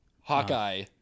hawkeye